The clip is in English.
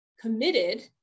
committed